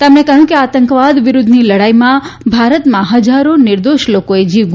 તેમણે કહ્યું કે આતંકવાદ વિરૂધ્ધની લડાઇમાં ભારતમાં હજારો નિર્દોષ લોકોએ જીવ ગુમાવ્યા છે